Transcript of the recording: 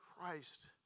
Christ